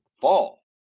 fall